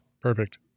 perfect